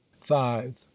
Five